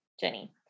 Jenny